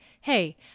Hey